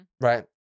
right